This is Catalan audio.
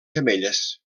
femelles